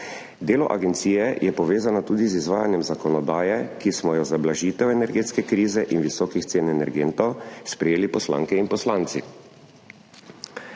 Delo agencije je povezano tudi z izvajanjem zakonodaje, ki smo jo za blažitev energetske krize in visokih cen energentov sprejeli poslanke in poslanci.